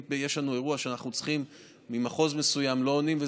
אם יש לנו אירוע שאנחנו צריכים ובמחוז מסוים לא עונים,